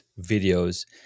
videos